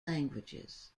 languages